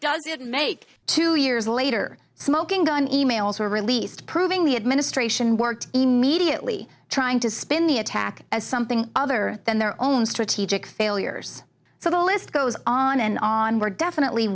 does it make two years later smoking gun e mails were released proving the administration worked immediately trying to spin the attack as something other than their own strategic failures so the list goes on and on we're definitely